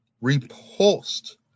repulsed